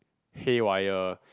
haywire